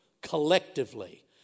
collectively